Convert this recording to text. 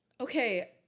okay